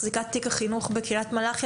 מחזיקת תיק החינוך בעיריית קריית מלאכי,